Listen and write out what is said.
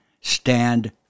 Stand